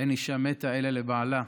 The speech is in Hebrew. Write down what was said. "אין אישה מתה אלא לבעלה".